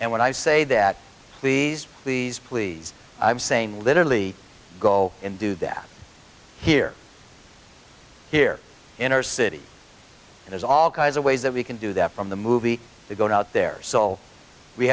and when i say that please please please i'm saying literally go and do that here here in our city there's all kinds of ways that we can do that from the movie we go out there so we